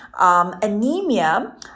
anemia